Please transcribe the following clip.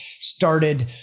started